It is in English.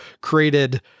created